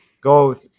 go